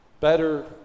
better